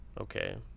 okay